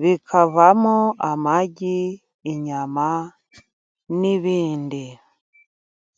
bukavamo amagi, inyama n'ibindi.